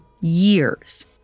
years